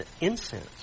incense